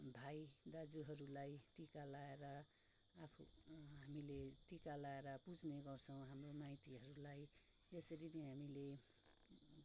भाइ दाजुहरूलाई टिका लाएर आफू हामीले टिका लाएर पुज्ने गर्छौँ हाम्रो माइतीहरूलाई यसरी नै हामीले